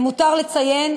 למותר לציין